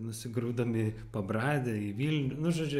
nusigrūdom į pabradę į vilnių nu žodžiu